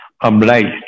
obliged